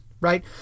Right